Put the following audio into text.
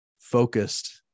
focused